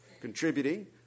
contributing